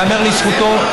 ייאמר לזכותו,